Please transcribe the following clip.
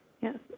Yes